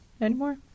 anymore